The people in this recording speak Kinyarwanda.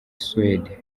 suède